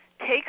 Take